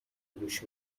گوش